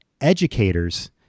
educators